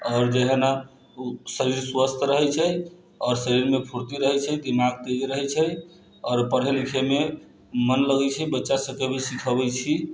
आओर जे है ना शरीर स्वस्थ रहै छै आओर शरीर मे फूर्ती रहै छै की दिमाग तेज रहै छै आओर पढ़य लिखय मे मन लगै छै बच्चा सबके भी सीखेबै छी